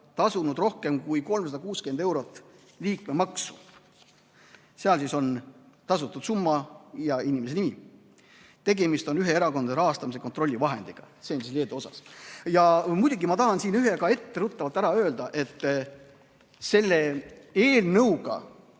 tasunud rohkem kui 360 eurot liikmemaksu. Seal on kirjas tasutud summa ja inimese nimi. Tegemist on erakondade rahastamise kontrolli vahendiga. Nii palju siis Leedu kohta. Ja muidugi ma tahan etteruttavalt ära öelda, et selle eelnõuga